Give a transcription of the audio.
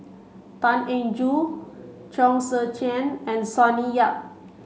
Tan Eng Joo Chong Tze Chien and Sonny Yap